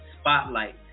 spotlight